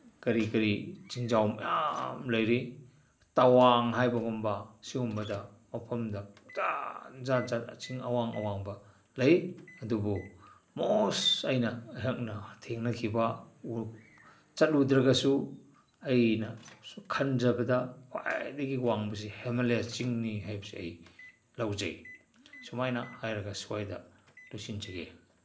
ꯀꯔꯤ ꯀꯔꯤ ꯆꯤꯡꯖꯥꯎ ꯃꯌꯥꯝ ꯂꯩꯔꯤ ꯇꯋꯥꯡ ꯍꯥꯏꯕꯒꯨꯝꯕ ꯁꯤꯒꯨꯝꯕꯗ ꯃꯐꯝꯗ ꯖꯥꯠ ꯖꯥꯠ ꯖꯥꯠ ꯆꯤꯡ ꯑꯋꯥꯡ ꯑꯋꯥꯡꯕ ꯂꯩ ꯑꯗꯨꯕꯨ ꯃꯣꯁ ꯑꯩꯅ ꯑꯩꯍꯥꯛꯅ ꯊꯦꯡꯅꯈꯤꯕ ꯆꯠꯂꯨꯗ꯭ꯔꯒꯁꯨ ꯑꯩꯅ ꯈꯟꯖꯕꯗ ꯈ꯭ꯋꯥꯏꯗꯒꯤ ꯋꯥꯡꯕꯁꯦ ꯍꯦꯃꯥꯂꯌꯥ ꯆꯤꯡꯅꯤ ꯍꯥꯏꯕꯁꯦ ꯑꯩ ꯂꯧꯖꯩ ꯁꯨꯃꯥꯏꯅ ꯍꯥꯏꯔꯒ ꯁ꯭ꯋꯥꯏꯗ ꯂꯣꯏꯁꯤꯟꯖꯒꯦ